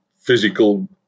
physical